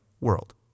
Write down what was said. world